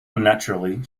unnaturally